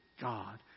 God